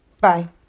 bye